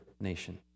nation